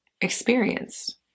experienced